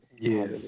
Yes